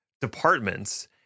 departments